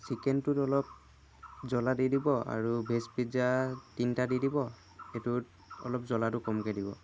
চিকেনটোত অলপ জ্বলা দি দিব আৰু ভেজ পিজ্জা তিনিটা দি দিব এইটোত অলপ জ্বলাটো কমকৈ দিব